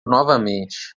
novamente